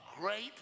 great